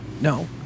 No